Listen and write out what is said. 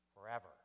forever